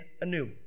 anew